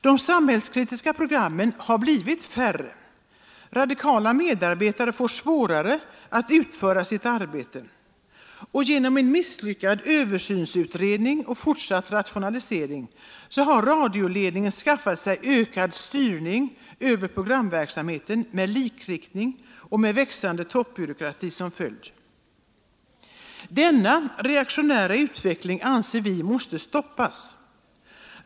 De samhällskritiska programmen har blivit färre, radikala medarbetare får svårare att utföra sitt arbete, och genom en misslyckad översynsutredning och fortsatt rationalisering har radioledningen skaffat sig ökad styrning över programverksamheten med likriktning och växande toppbyråkrati som följd. Denna reaktionära utveckling måste stoppas.